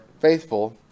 faithful